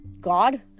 god